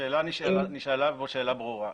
השאלה שנשאלה היא שאלה ברורה.